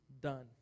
done